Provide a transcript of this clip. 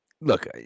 Look